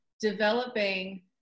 developing